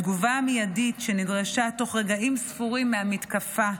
התגובה המיידית שנדרשה תוך רגעים ספורים מהמתקפה,